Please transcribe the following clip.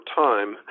time